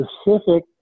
specific